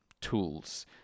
tools